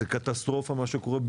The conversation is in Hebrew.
זאת קטסטרופה מה שקורה,